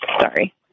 Sorry